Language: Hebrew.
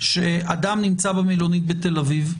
אדם נמצא במלונית בתל אביב,